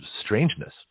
strangeness